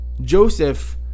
Joseph